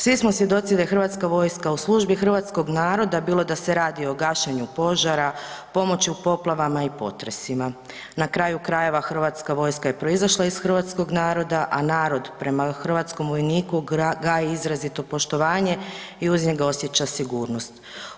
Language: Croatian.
Svi smo svjedoci da Hrvatska vojska u službi hrvatskog naroda bilo da se radi o gašenju požara, pomoći u poplavama i potresima, na kraju krajeva Hrvatska vojska je proizašla iz hrvatskog naroda, a narod prema hrvatskom vojniku gaji izrazito poštovanje i uz njega osjeća sigurnost.